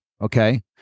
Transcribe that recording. okay